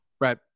right